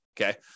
okay